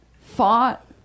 fought